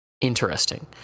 interesting